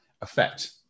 effect